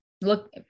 look